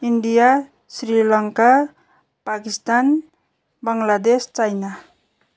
India Sri Lanka Pakistan Bangladesh China